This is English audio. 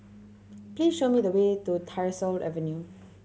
please show me the way to Tyersall Avenue